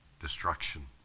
destruction